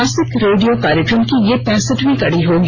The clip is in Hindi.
मासिक रेडियो कार्यक्रम की यह पैंसठवीं कड़ी होगी